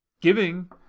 giving